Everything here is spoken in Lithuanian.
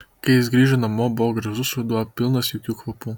kai jis grįžo namo buvo gražus ruduo pilnas jaukių kvapų